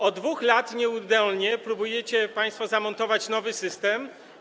Od 2 lat nieudolnie próbujecie państwo zamontować nowy system.